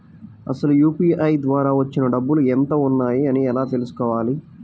అసలు యూ.పీ.ఐ ద్వార వచ్చిన డబ్బులు ఎంత వున్నాయి అని ఎలా తెలుసుకోవాలి?